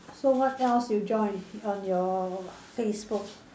so what else do you join on your Facebook